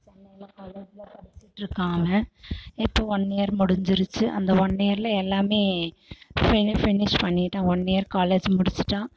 சென்னையில் காலேஜ்ல படிச்சிட்டுருக்கான் அவன் இப்போ ஒன் இயர் முடிஞ்சிருச்சு அந்த ஒன் இயரில் எல்லாமே ஃபினி ஃபினிஷ் பண்ணிவிட்டான் ஒன் இயர் காலேஜ் முடிச்சிவிட்டான்